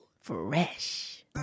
Fresh